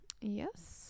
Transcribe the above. Yes